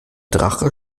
drache